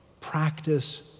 Practice